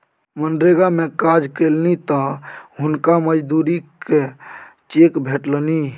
मनरेगा मे काज केलनि तँ हुनका मजूरीक चेक भेटलनि